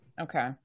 Okay